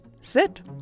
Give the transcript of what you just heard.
Sit